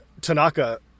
Tanaka